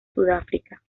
sudáfrica